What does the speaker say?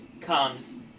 comes